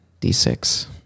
D6